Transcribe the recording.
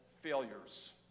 failures